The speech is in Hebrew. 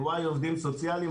ב-Y עובדים סוציאליים,